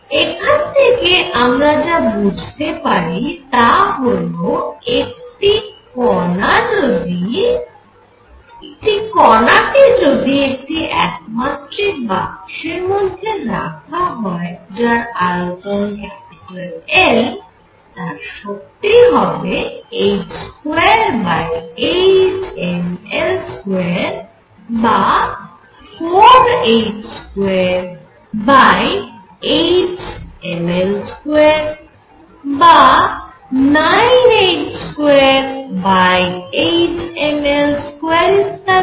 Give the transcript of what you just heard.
এখান থেকে আমরা যা বুঝতে পারি তা হল একটি কণা কে যদি একটি একমাত্রিক বাক্সের মধ্যে রাখা হয় যার আয়তন L তার শক্তি হবে h28mL2 বা 4h28mL2 বা 9h28mL2 ইত্যাদি